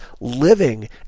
living